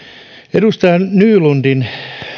edustaja nylundin